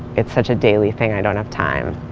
it's such a daily thing i don't have time